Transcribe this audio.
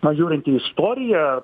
na žiūrint į istoriją